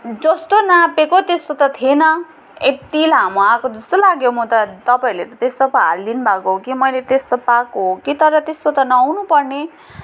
जस्तो नापेको त्यस्तो त थिएन यत्ति लामो आएको जस्तो लाग्यो म त तपाईँहरूले त त्यस्तो हालिदिनु भएको हो कि मैले त्यस्तो पाएको हो कि तर त्यस्तो त नहुनु पर्ने